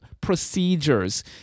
procedures